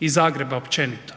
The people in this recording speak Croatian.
i Zagreba općenito.